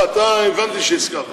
לא, הבנתי שהזכרת.